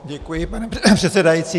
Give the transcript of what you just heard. Děkuji, pane předsedající.